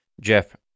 Jeff